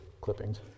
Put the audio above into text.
clippings